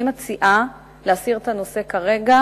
אני מציעה להסיר כרגע